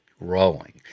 rolling